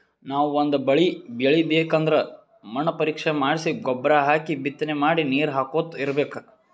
ನಾವ್ ಒಂದ್ ಬಳಿ ಬೆಳಿಬೇಕ್ ಅಂದ್ರ ಮಣ್ಣ್ ಪರೀಕ್ಷೆ ಮಾಡ್ಸಿ ಗೊಬ್ಬರ್ ಹಾಕಿ ಬಿತ್ತನೆ ಮಾಡಿ ನೀರ್ ಹಾಕೋತ್ ಇರ್ಬೆಕ್